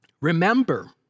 remember